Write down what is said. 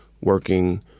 working